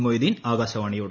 മൊയ്തീൻ ആകാശവാണിയോട്